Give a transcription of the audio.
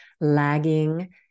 lagging